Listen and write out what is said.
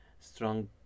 strong